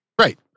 Right